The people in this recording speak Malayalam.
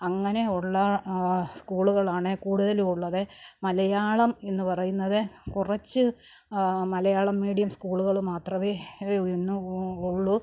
അങ്ങനെ ഉള്ള സ്കൂളുകളാണ് കൂടുതലും ഉള്ളത് മലയാളം എന്ന് പറയുന്നത് കുറച്ച് മലയാളം മീഡിയം സ്കൂളുകൾ മാത്രമേ ഇന്ന് ഉള്ളൂ